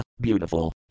beautiful